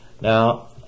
Now